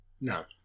No